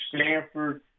Stanford